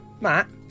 Matt